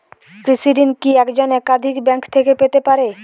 কৃষিঋণ কি একজন একাধিক ব্যাঙ্ক থেকে পেতে পারে?